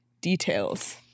details